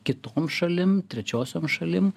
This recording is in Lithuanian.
kitom šalim trečiosiom šalim